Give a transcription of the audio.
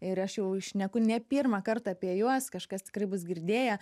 ir aš jau šneku ne pirmą kartą apie juos kažkas tikrai bus girdėję